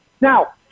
Now